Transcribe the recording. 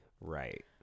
Right